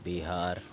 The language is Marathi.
बिहार